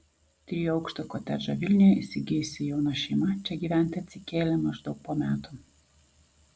trijų aukštų kotedžą vilniuje įsigijusi jauna šeima čia gyventi atsikėlė maždaug po metų